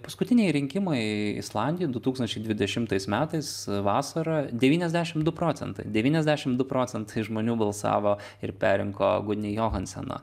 paskutiniai rinkimai islandijoj du tūkstančiai dvidešimtais metais vasarą devyniasdešimt du procentai devyniasdešimt du procentai žmonių balsavo ir perrinko gunį johanseną